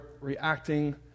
reacting